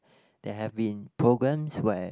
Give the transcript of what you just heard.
there have been programs where